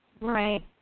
Right